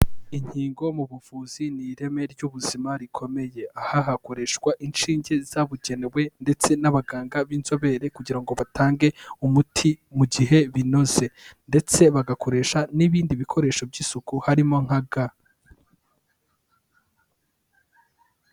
Inkingo mu buvuzi ni ireme ry'ubuzima rikomeye, aha hakoreshwa inshinge zabugenewe ndetse n'abaganga b'inzobere kugira ngo batange umuti mu gihe binoze ndetse bagakoresha n'ibindi bikoresho by'isuku harimo nka ga.